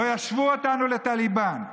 לא ישוו אותנו לטליבאן.